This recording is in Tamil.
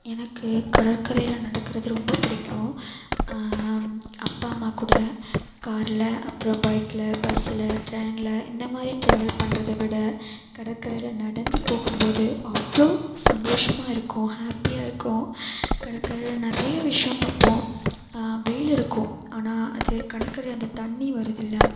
எனக்கு கடற்கரையில் நடக்கிறது ரொம்ப பிடிக்கும் அப்பா அம்மா கூட காரில் அப்புறம் பைக்கில் பஸ்ஸில் டிரெயின்ல இந்த மாதிரி டிராவல் பண்ணுறத விட கடற்கரையில் நடந்து போகும்போது அவ்வளோ சந்தோஷமாக இருக்கும் ஹேப்பியாக இருக்கும் கடற்கரையில் நிறையா விஷயம் பார்ப்போம் வெயில் இருக்கும் ஆனால் அது கடற்கரை அந்த தண்ணிர் வருதுல்ல